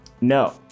No